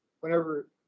whenever